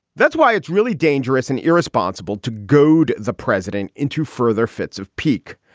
that's why it's really dangerous and irresponsible to goad the president into further fits of pique.